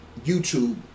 YouTube